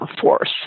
force